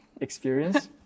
experience